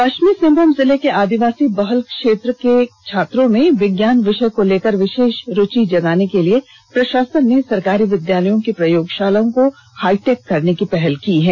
पश्चिमी सिंहभूम जिले के आदिवासी बहुल क्षेत्र के छात्रों में विज्ञान विषय को लेकर विशेष रूचि जगाने के लिये प्रशासन ने सरकारी विद्यालयों की प्रयोगशालाओं को हाईटेक करने की पहल शुरू की है